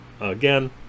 again